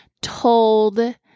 told